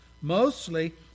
Mostly